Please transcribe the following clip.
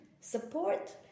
support